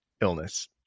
illness